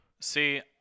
see